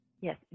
Yes